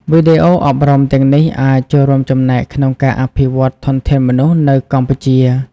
វីដេអូអប់រំទាំងនេះអាចចូលរួមចំណែកក្នុងការអភិវឌ្ឍធនធានមនុស្សនៅកម្ពុជា។